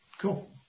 Cool